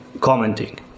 commenting